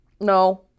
no